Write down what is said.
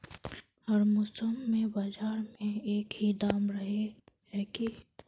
हर मौसम में बाजार में एक ही दाम रहे है की?